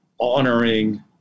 honoring